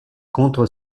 contre